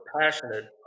passionate